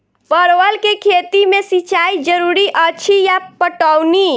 परवल केँ खेती मे सिंचाई जरूरी अछि या पटौनी?